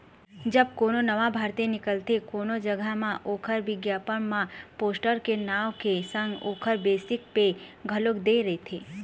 जब कोनो नवा भरती निकलथे कोनो जघा म ओखर बिग्यापन म पोस्ट के नांव के संग ओखर बेसिक पे घलोक दे रहिथे